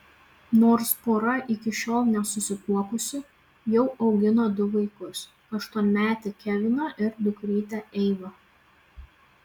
nors pora iki šiol nesusituokusi jau augina du vaikus aštuonmetį keviną ir dukrytę eivą